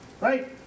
Right